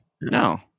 No